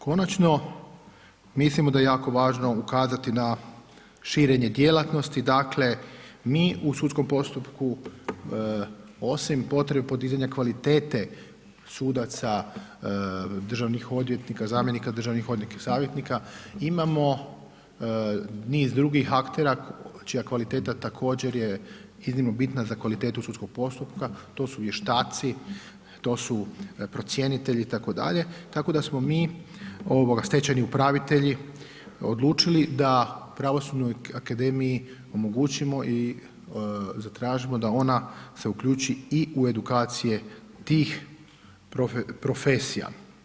Konačno, mislimo da je jako važno ukazati na širenje djelatnosti, dakle mi u sudskom postupku osim potrebe podizanja kvalitete sudaca, državnih odvjetnika, zamjenika državnih odvjetnika, savjetnika, imamo niz drugih aktera čija kvaliteta također je iznimno bitna za kvalitetu sudskog postupka, to su vještaci, to su procjenitelji itd., tako da smo mi, stečajni upravitelji, odlučili da Pravosudnoj akademiji omogućimo i zatražimo da ona se uključi i u edukacije tih profesija.